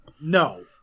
No